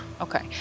Okay